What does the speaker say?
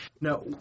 No